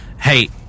Hey